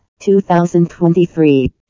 2023